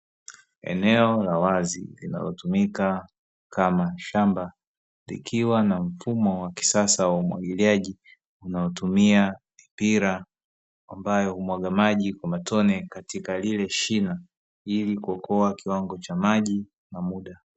Eneo la wazi linalotumika kama shamba likiwa na mfumo wa kisasa wa umwagiliaji unaotumia mipira, ambayo humwaga maji kwa matone katika lile shina ili kuokoa kiwango cha maji na muda.